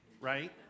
right